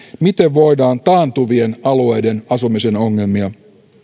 miten voidaan taantuvien alueiden asumisen ongelmia